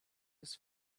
his